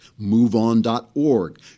MoveOn.org